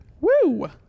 Woo